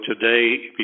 today